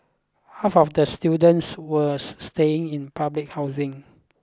half of the students was staying in public housing